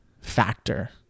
factor